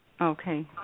okay